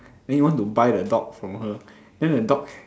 then you want to buy the dog from her then the dog